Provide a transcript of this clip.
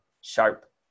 sharp